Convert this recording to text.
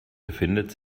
befindet